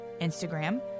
Instagram